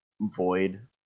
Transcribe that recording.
Void